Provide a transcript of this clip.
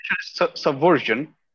subversion